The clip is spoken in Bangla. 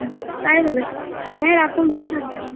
হুম তাই হবে হ্যাঁ রাখুন ভালো থাকবেন